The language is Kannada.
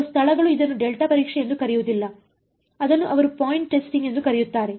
ಕೆಲವು ಸ್ಥಳಗಳು ಇದನ್ನು ಡೆಲ್ಟಾ ಪರೀಕ್ಷೆ ಎಂದು ಕರೆಯುವುದಿಲ್ಲ ಅದನ್ನು ಅವರು ಪಾಯಿಂಟ್ ಟೆಸ್ಟಿಂಗ್ ಎಂದು ಕರೆಯುತ್ತಾರೆ